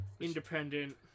independent